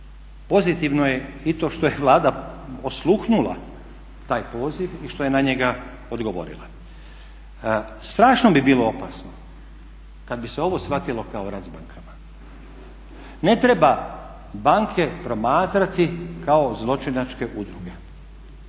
Pozitivno je i to što je Vlada osluhnula taj poziv i što je na njega odgovorila. Strašno bi bilo opasno kad bi se ovo shvatilo kao rat s bankama. Ne treba banke promatrati kao zločinačke udruge.